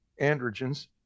androgens